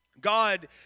God